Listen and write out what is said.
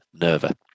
Nerva